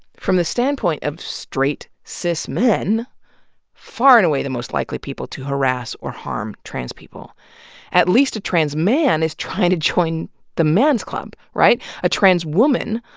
from the standpoint of straight, cis men far and away the most likely people to harass or harm trans people at least a trans man is trying to join the men's club. a trans woman,